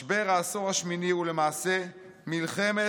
משבר העשור השמיני הוא למעשה מלחמת